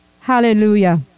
Hallelujah